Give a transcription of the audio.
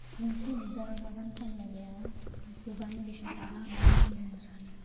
गंसे बिबार बागान सामलायनायाव गोबां बेसेन थाङा होननानै आं बुंनो सानो